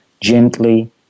gently